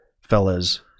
fellas